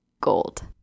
gold